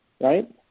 Right